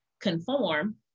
conform